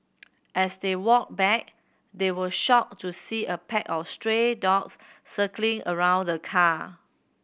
as they walked back they were shocked to see a pack of stray dogs circling around the car